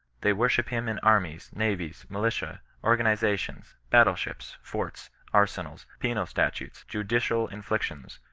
they worship him in armies, navies, militia organiza tions, battle-ships, forts, arsenals, penal statutes, judicial inflictions,